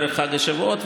בערב חג השבועות.